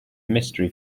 mystery